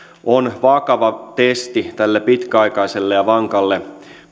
ovat vakava testi tälle pitkäaikaiselle ja vankalle